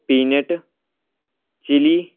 peanut chilly